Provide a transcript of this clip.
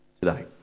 today